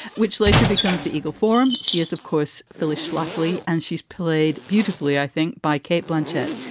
which later becomes the eagle forum. she is, of course, phyllis schlafly. and she's played beautifully, i think, by cate blanchett.